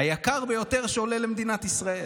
שעולה היקר ביותר למדינת ישראל,